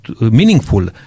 meaningful